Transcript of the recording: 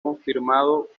confirmado